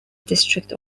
district